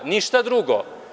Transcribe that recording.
Ništa drugo.